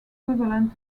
equivalent